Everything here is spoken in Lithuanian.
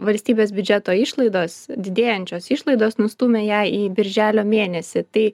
valstybės biudžeto išlaidos didėjančios išlaidos nustūmė ją į birželio mėnesį tai